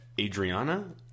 Adriana